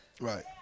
Right